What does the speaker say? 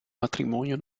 matrimonio